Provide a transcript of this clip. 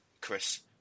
Chris